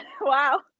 wow